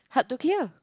hard to kill